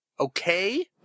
Okay